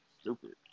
stupid